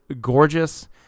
gorgeous